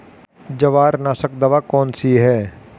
जवारनाशक दवा कौन सी है?